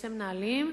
כיסא מנהלים,